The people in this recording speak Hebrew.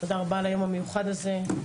תודה רבה על היום המיוחד הזה,